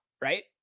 Right